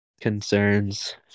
concerns